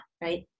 right